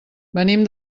venim